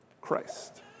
Christ